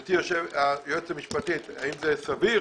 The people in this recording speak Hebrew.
גברתי היועצת המשפטית, האם זה סביר